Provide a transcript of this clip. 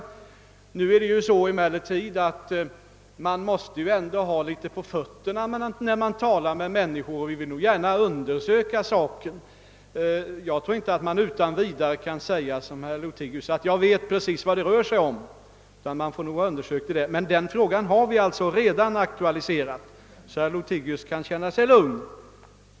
Man måste emellertid ha ett fast underlag när man diskuterar olika frågor med andra, och vi vill gärna undersöka denna fråga. Vi kan inte utan vidare som herr Lothigius säga, att vi vet vad det rör sig om. Frågan är dock redan aktualiserad, och herr Lothigius kan alltså känna sig lugn.